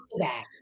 back